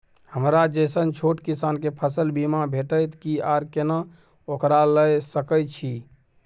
हमरा जैसन छोट किसान के फसल बीमा भेटत कि आर केना ओकरा लैय सकैय छि?